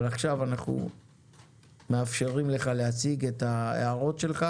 אבל עכשיו אנחנו מאפשרים לך להציג את ההערות שלך